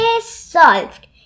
solved